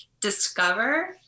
discover